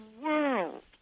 world